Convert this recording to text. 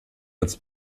als